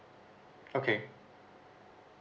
okay